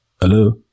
Hello